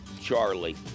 Charlie